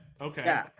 Okay